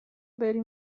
بری